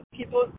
people